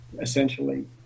essentially